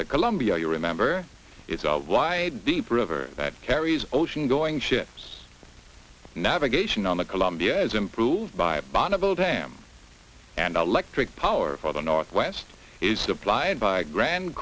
the columbia you remember is why deep river that carries ocean going ships navigation on the columbia is improved by bonneville dam and electric power for the northwest is supplied by grand